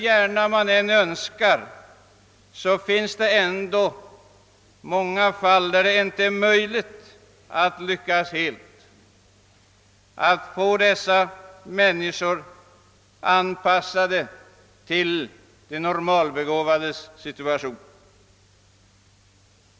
Men tyvärr finns det många fall där det inte är möjligt att lyckas helt med en sådan anpassning.